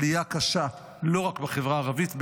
עלייה קשה לא רק בחברה הערבית,